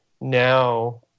now